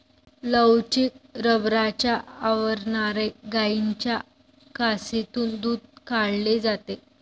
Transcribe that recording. लवचिक रबराच्या आवरणाने गायींच्या कासेतून दूध काढले जाते